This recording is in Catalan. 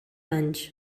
anys